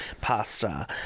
pasta